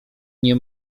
nie